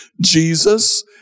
Jesus